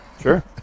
Sure